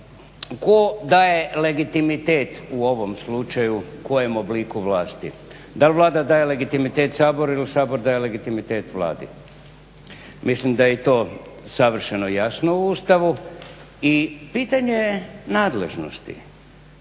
tko daje legitimitet u ovom slučaju, kojem obliku vlasti. Da li Vlada daje legitimitet Saboru ili Sabor daje legitimitet Vladi. Mislim da je i to savršeno jasno u Ustavu. I pitanje je nadležnosti